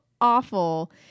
awful